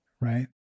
Right